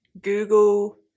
Google